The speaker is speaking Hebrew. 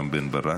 רם בן ברק,